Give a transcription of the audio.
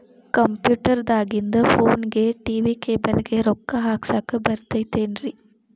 Computer ದಾಗಿಂದ್ ಫೋನ್ಗೆ, TV cable ಗೆ, ರೊಕ್ಕಾ ಹಾಕಸಾಕ್ ಬರತೈತೇನ್ರೇ?